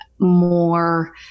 more